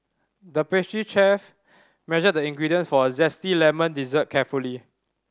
the pastry chef measured the ingredients for a zesty lemon dessert carefully